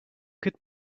could